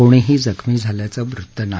कोणीही जखमी झाल्याचं वृत्त नाही